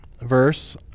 verse